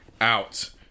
out